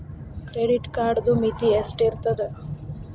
Credit ಕಾರ್ಡದು ಮಿತಿ ಎಷ್ಟ ಇರ್ತದ?